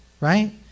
right